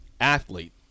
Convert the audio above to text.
athlete